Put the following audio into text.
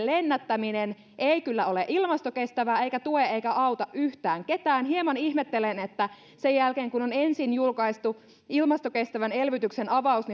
lennättäminen ei kyllä ole ilmastokestävää eikä tue eikä auta yhtään ketään hieman ihmettelen että sen jälkeen kun on ensin julkaistu ilmastokestävän elvytyksen avaus